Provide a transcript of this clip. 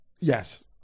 Yes